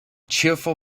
cheerful